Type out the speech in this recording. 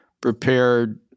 prepared